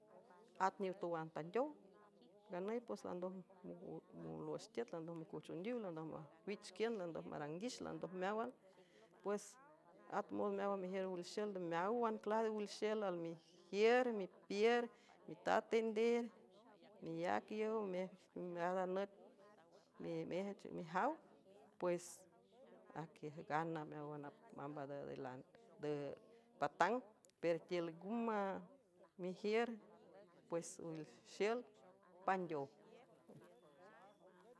At niw towan tandeow nganüy pues landoj molwox tiüt landoj macujch ondiw landoj mawich quiün landoj maranguix landoj meáwan pues at mon meáwan mejiür wilxiül de meáwan clajade wilxiel almejiür mipier mitat tender meyac yow memeada nüt imc mijaw pues aquiej gana meáwan apmamb a nde dean de patang per tiül ngama mejiür pues ilxiül pandeow.